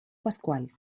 pascual